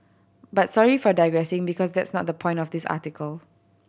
but sorry for digressing because that's not the point of this article